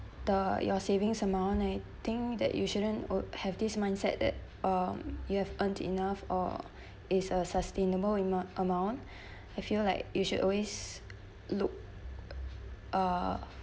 the your savings amount I think that you shouldn't have this mindset that um you have earned enough or is a sustainable amo~ amount I feel like you should always look uh